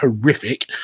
horrific